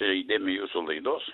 įdėmiai jūsų laidos